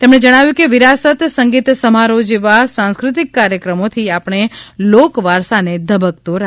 તેમણે જણાવ્યું કે વિરાસત સંગીત સમારોહ જેવા સાંસ્કૃતિક કાર્યક્રમોથી આપણે લોકવારસાને ધબકતો રાખી શકીશું